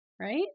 Right